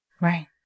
Right